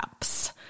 apps